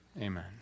amen